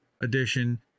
edition